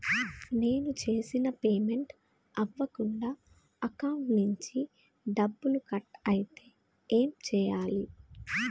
నేను చేసిన పేమెంట్ అవ్వకుండా అకౌంట్ నుంచి డబ్బులు కట్ అయితే ఏం చేయాలి?